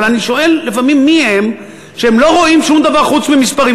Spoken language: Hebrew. אבל אני שואל לפעמים מי הם אלה שלא רואים שום דבר חוץ ממספרים.